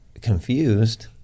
confused